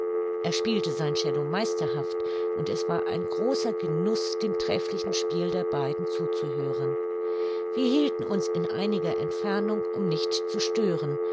er spielte sein cello meisterhaft und es war ein großer genuß dem trefflichen spiel der beiden zuzuhören wir hielten uns in einiger entfernung um nicht zu stören